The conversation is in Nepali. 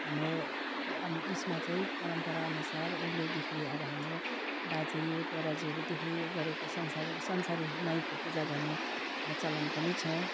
हाम्रो उयोसमा चाहिँ परम्पराअनुसार उहिलेदेखि अब हाम्रो बाजे बराजुहरूदेखि गरेको संसार संसारी माईको पूजा गर्ने चलन पनि छ